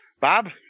Bob